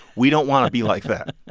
we don't want to be like that